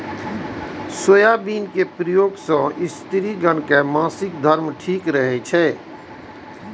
soybean के प्रयोग सं स्त्रिगण के मासिक धर्म ठीक रहै छै